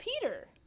peter